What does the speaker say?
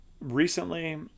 recently